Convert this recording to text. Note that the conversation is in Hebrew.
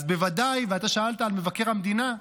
אז בוודאי, אתה שאלת על מבקר המדינה.